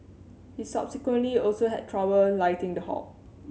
he subsequently also had trouble lighting the hob